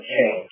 change